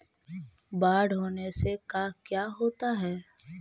बाढ़ होने से का क्या होता है?